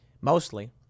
Mostly